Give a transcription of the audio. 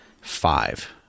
five